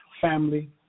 family